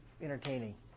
entertaining